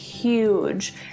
Huge